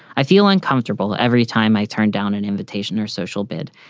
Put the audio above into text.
i feel uncomfortable every time i turn down an invitation or social bid.